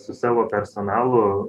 su savo personalu